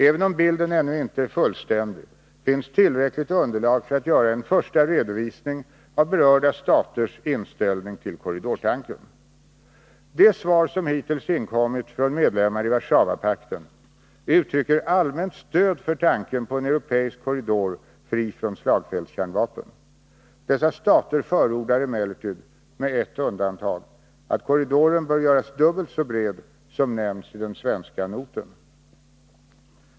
Även om bilden ännu inte är fullständig finns tillräckligt underlag för att göra en första redovisning av berörda staters inställning till korridortanken. De svar som hittills inkommit från medlemmar i Warszawapakten uttrycker allmänt stöd för tanken på en europeisk korridor fri från slagfältskärnvapen. Dessa stater förordar emellertid — med ett undantag — att korridoren bör göras dubbelt så bred som nämns i den svenska noten.